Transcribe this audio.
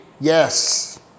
Yes